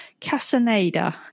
Casaneda